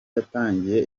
yatangiye